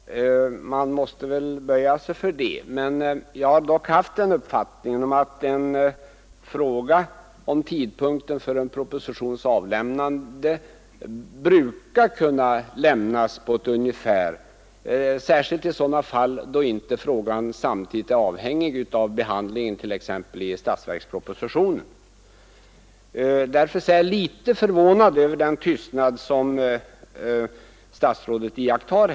Herr talman! Man måste väl böja sig för det. Jag har dock haft den uppfattningen att en fråga om tidpunkten för en propositions avlämnande brukar kunna besvaras på ett ungefär, särskilt i sådana fall då inte frågan samtidigt är avhängig av behandlingen t.ex. i statsverkspropositionen. Därför är jag litet förvånad över den tystnad som statsrådet här iakttar.